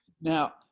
Now